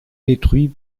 détruit